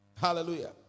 hallelujah